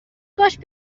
باش